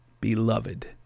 Beloved